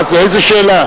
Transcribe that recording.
מה זה, איזו שאלה?